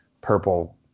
purple